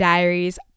Diaries